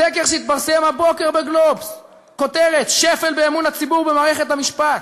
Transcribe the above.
סקר שהתפרסם הבוקר ב"גלובס" כותרת: "שפל באמון הציבור במערכת המשפט".